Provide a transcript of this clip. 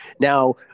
now